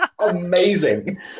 Amazing